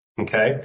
okay